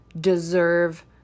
deserve